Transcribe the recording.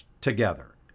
together